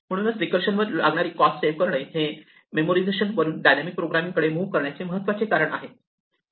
म्हणूनच रीकर्षण वर लागणारी कॉस्ट सेव्ह करणे हे मेमोरिझेशन वरून डायनामिक प्रोग्रामिंग कडे मुव्ह करण्याचे महत्त्वाचे कारण आहे